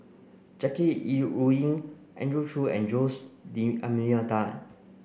Jackie Yi Ru Ying Andrew Chew and Jose D Almeida